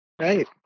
Right